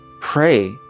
Pray